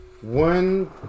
One